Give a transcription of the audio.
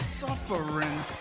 suffering